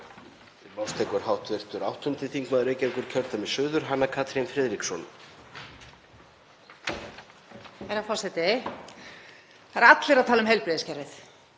Það eru allir að tala um heilbrigðiskerfið